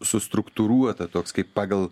sustruktūruota toks kaip pagal